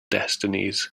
destinies